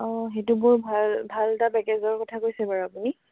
অ' সেইটো বৰ ভাল ভাল এটা পেকেজৰ কথা কৈছে বাৰু আপুনি